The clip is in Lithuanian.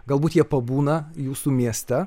galbūt jie pabūna jūsų mieste